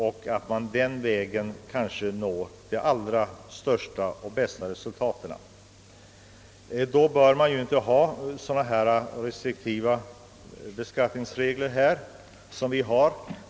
Och då bör man inte ha sådana restriktiva skatteregler som det här är fråga om.